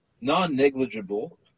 non-negligible